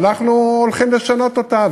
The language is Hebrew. ואנחנו הולכים לשנות אותה.